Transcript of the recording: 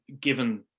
given